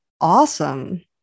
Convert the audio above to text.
awesome